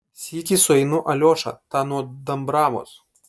sykį sueinu aliošą tą nuo dambravos